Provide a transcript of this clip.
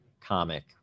comic